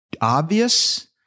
obvious